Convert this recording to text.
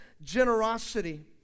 generosity